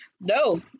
No